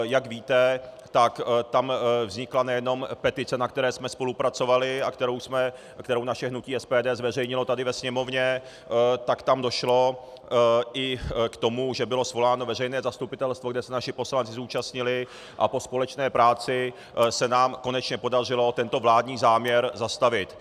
Jak víte, tak tam vznikla nejenom petice, na které jsme spolupracovali a kterou naše hnutí SPD zveřejnilo tady ve Sněmovně, tak tam došlo i k tomu, že bylo svoláno veřejné zastupitelstvo, kterého se naši poslanci zúčastnili, a po společné práci se nám konečně podařilo tento vládní záměr zastavit.